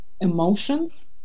emotions